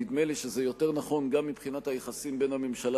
נדמה לי שזה יותר נכון גם מבחינת היחסים בין הממשלה